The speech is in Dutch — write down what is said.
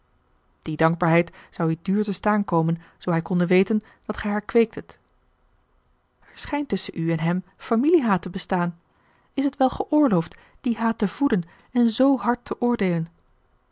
die dankbaarheid zou u duur te staan komen zoo hij konde weten dat gij haar kweektet er schijnt tusschen u en hem familiehaat te bestaan is het wel geoorloofd dien haat te voeden en z hard te oordeelen